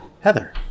heather